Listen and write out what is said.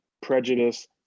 prejudice